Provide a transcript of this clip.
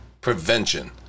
prevention